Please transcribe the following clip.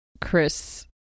Chris